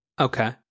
Okay